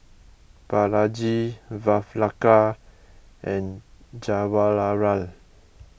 Balaji Vavilala and Jawaharlal